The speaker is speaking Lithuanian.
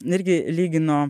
irgi lygino